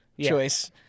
choice